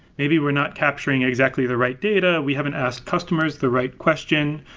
maybe we're not capturing exactly the right data, we haven't asked customers the right question.